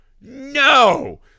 No